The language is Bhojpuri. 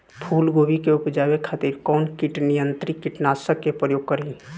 फुलगोबि के उपजावे खातिर कौन कीट नियंत्री कीटनाशक के प्रयोग करी?